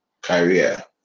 career